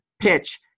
PITCH